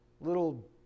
little